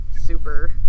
super